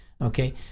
Okay